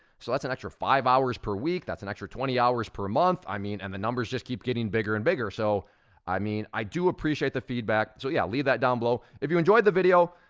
so that's an extra five hours per week. that's an extra twenty hours per month. i mean, and the numbers just keep getting bigger and bigger. so i mean i do appreciate the feedback. so yeah, leave that down below. if you enjoyed the video,